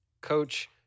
coach